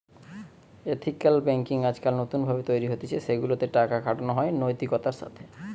ethical banking আজকাল নতুন ভাবে তৈরী হতিছে সেগুলা তে টাকা খাটানো হয় নৈতিকতার সাথে